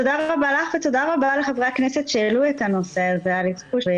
האם תוכלי לחדד עבורנו את הנושא של 3% כי זה לא בדיוק ברור